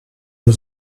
nur